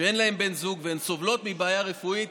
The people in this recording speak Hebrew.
שאין להן בני זוג והן סובלות מבעיה רפואית